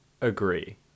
agree